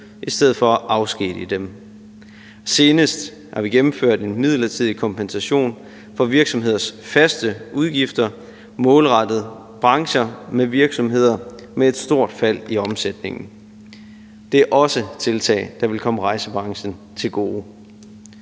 i stedet for at afskedige dem. Senest har vi gennemført en midlertidig kompensation for virksomheders faste udgifter målrettet brancher med virksomheder med et stort fald i omsætningen. Det er også tiltag, der vil komme rejsebranchen til gode.